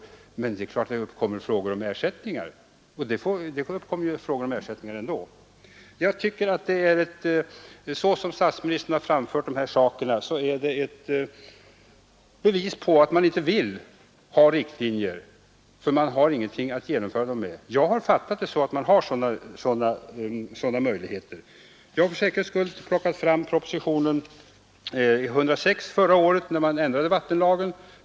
Däremot ställs det krav på ersättningar, och det görs ju ändå. Det sätt på vilket statsministern har framfört dessa saker tycker jag utgör ett bevis på att man inte vill ha riktlinjer, för man har ingenting att genomföra dem med. Jag har fattat det så att man har sådana möjligheter. Jag har för säkerhets skull plockat fram propositionen 106 från förra året i vilken föreslogs en ändring i vattenlagen.